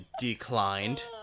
declined